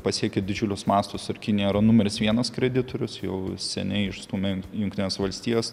pasiekė didžiulius mastus ir kinija yra numeris vienas kreditorius jau seniai išstūmė junk jungtines valstijas